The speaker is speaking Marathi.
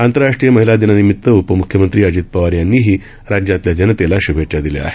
आंतरराष्ट्रीय महिला दिनानिमित उपम्ख्यमंत्री अजित पवार यांनी राज्यातल्या जनतेला श्भेच्छा दिल्या आहेत